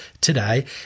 today